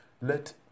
Let